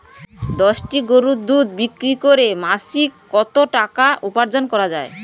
দশটি গরুর দুধ বিক্রি করে মাসিক কত টাকা উপার্জন করা য়ায়?